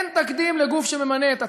אין תקדים לגוף שממנה את עצמו.